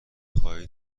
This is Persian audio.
خواهید